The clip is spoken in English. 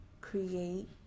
create